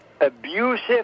abusive